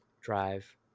drive